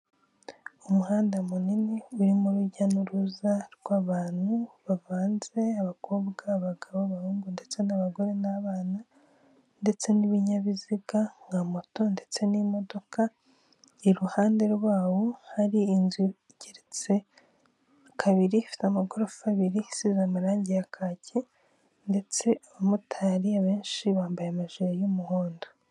Umuhanda munini urimo urujya n'uruza rw'abantu bavanze, abakobwa, abagabo, abahungu ndetse n'abagore n'abana, ndetse n'ibinyabiziga nka moto ndetse n'imodoka, iruhande rwawo hari inzu igereretse kabiri, ifite amagorofa abiri, isize amarangi ya kaki, ndetse mu bamotari abenshi bambaye amajire y'umuhondo.